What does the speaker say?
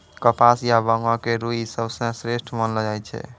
कपास या बांगो के रूई सबसं श्रेष्ठ मानलो जाय छै